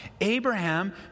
Abraham